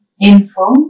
info